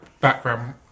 background